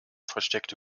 versteckte